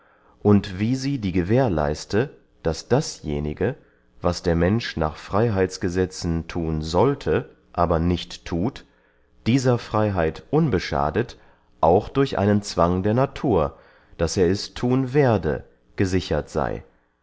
und wie sie die gewähr leiste daß dasjenige was der mensch nach freyheitsgesetzen thun sollte aber nicht thut dieser freyheit unbeschadet auch durch einen zwang der natur daß er es thun werde gesichert sey